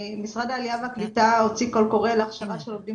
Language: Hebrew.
משרד העלייה והקליטה הוציא קול קורא להכשרה של עובדים